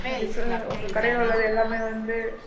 அது டிஃப்ரெ உங்கள் கடையில் உள்ளது எல்லாமே வந்து